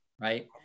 right